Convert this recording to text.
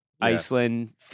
Iceland